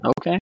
Okay